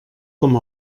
com